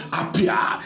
appear